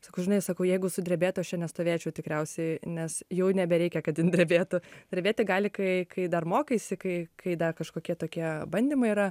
sakau žinai sakau jeigu sudrebėtų aš čia nestovėčiau tikriausiai nes jau nebereikia kad jin drebėtų drebėti gali kai kai dar mokaisi kai kai dar kažkokie tokie bandymai yra